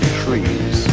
trees